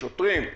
שוטרים.